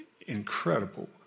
incredible